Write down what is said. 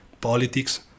politics